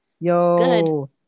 Yo